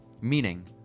meaning